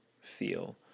feel